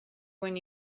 when